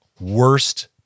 worst